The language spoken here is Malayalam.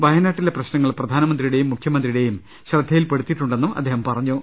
വയനാട്ടിലെ പ്രശ്നങ്ങൾ പ്രധാനമന്ത്രിയുടെയും മുഖ്യമന്ത്രിയുടെയും ശ്രദ്ധയിൽപ്പെടുത്തിയിട്ടുണ്ടെന്നും അദ്ദേഹം പറഞ്ഞു